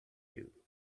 you